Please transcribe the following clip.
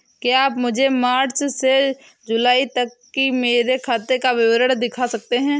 क्या आप मुझे मार्च से जूलाई तक की मेरे खाता का विवरण दिखा सकते हैं?